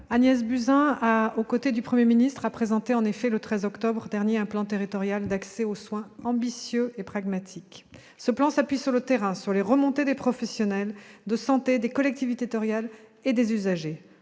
présenté au côté du Premier ministre, le 13 octobre dernier, un plan territorial d'accès aux soins ambitieux et pragmatique. Ce plan s'appuie sur le terrain, sur les remontées des professionnels de santé, des collectivités territoriales et des usagers.